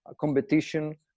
competition